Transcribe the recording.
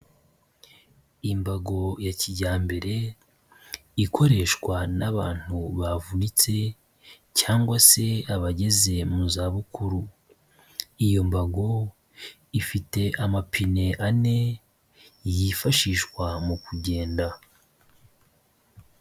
Imbago ya kijyambere ikoreshwa n'abantu bavunitse, cyangwa se abageze mu zabukuru. Iyo mbago ifite amapine ane yifashishwa mu kugenda.